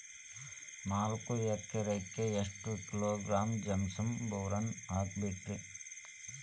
ನಾಲ್ಕು ಎಕರೆಕ್ಕ ಎಷ್ಟು ಕಿಲೋಗ್ರಾಂ ಜಿಪ್ಸಮ್ ಬೋರಾನ್ ಹಾಕಬೇಕು ರಿ?